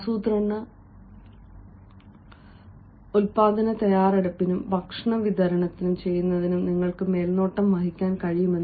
ആസൂത്രണ ഉൽപാദന തയ്യാറെടുപ്പിനും ഭക്ഷണം വിതരണം ചെയ്യുന്നതിനും നിങ്ങൾക്ക് മേൽനോട്ടം വഹിക്കാൻ കഴിയും